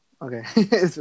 Okay